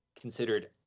considered